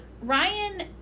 Ryan